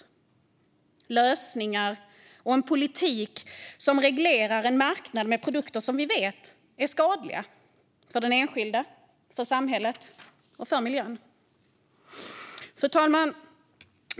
Det krävs lösningar och en politik som reglerar en marknad med produkter som vi vet är skadliga för den enskilde, för samhället och för miljön. Fru talman!